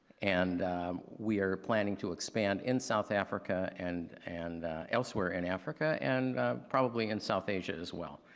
and we are planning to expand in south africa and and elsewhere in africa and probably in south asia as well.